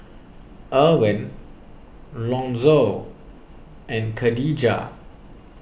Erwin Lonzo and Kadijah